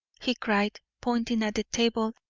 he cried, pointing at the table,